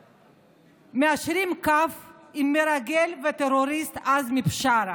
מיישרים קו עם המרגל והטרוריסט עזמי בשארה,